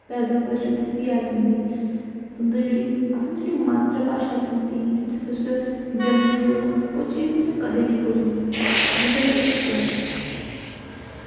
पैदावार जित्थै दी बी ऐ तुंदी आखदे नी जेह्ड़ी थुआढ़ी मात्तरभाशा ऐ तुंदी जित्थै तुस जम्में दे ओ ओह् चीज उस्सी कदें निं भुल्लनी जित्थै दे बी तुस ओ